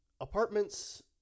apartments